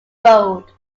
road